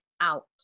out